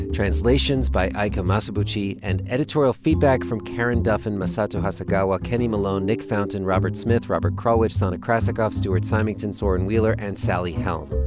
translations by aiko masubuchi and editorial feedback from karen duffin, masato hasegawa, kenny malone, nick fountain, robert smith, robert krulwich, sana krasikov, stuart symington, soren wheeler and sally helm.